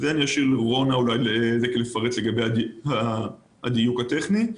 אני אשאיר לרונה לפרט לגבי הדיוק הטכני.